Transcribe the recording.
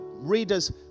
readers